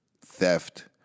theft